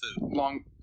long